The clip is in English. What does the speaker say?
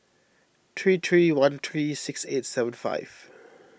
three three one three six eight seven five